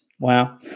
Wow